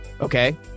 Okay